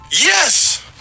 yes